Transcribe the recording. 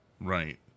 right